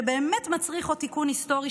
שבאמת מצריכים עוד תיקון היסטורי,